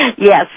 Yes